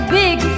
big